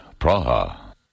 Praha